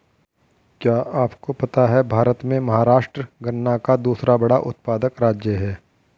क्या आपको पता है भारत में महाराष्ट्र गन्ना का दूसरा बड़ा उत्पादक राज्य है?